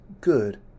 good